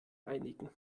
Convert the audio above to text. einigen